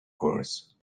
course